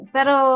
Pero